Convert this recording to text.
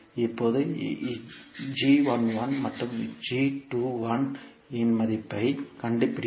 இப்போது மற்றும் இன் மதிப்பைக் கண்டுபிடிக்க